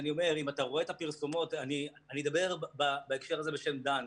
אני אדבר בהקשר הזה בשם דן,